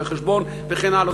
רואה-חשבון וכן הלאה.